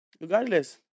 Regardless